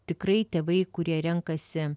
tikrai tėvai kurie renkasi